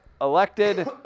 elected